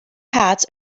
hats